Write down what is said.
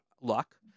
luck